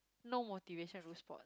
no motivation do sport